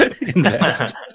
invest